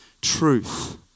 truth